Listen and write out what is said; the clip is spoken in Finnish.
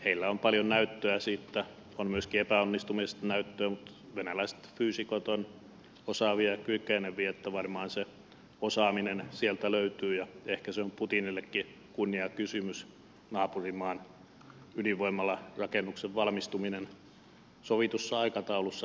heillä on paljon näyttöä siitä on myöskin epäonnistumisesta näyttöä mutta venäläiset fyysikot ovat osaavia ja kykeneviä niin että varmaan se osaaminen sieltä löytyy ja ehkä se on putinillekin kunniakysymys naapurimaan ydinvoimalarakennuksen valmistuminen sovitussa aikataulussa